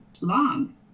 long